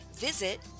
visit